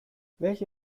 welche